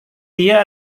dia